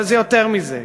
אבל זה יותר מזה.